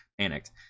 panicked